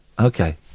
okay